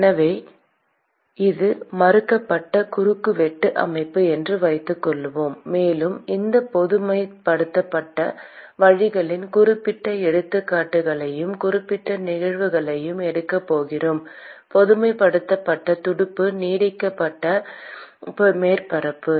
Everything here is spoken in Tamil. எனவே இது மாறுபட்ட குறுக்குவெட்டு அமைப்பு என்று வைத்துக்கொள்வோம் மேலும் இந்த பொதுமைப்படுத்தப்பட்ட வழக்கின் குறிப்பிட்ட எடுத்துக்காட்டுகளையும் குறிப்பிட்ட நிகழ்வுகளையும் எடுக்கப் போகிறோம் பொதுமைப்படுத்தப்பட்ட துடுப்பு நீட்டிக்கப்பட்ட மேற்பரப்புக்கு